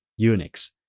Unix